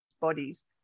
bodies